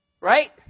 Right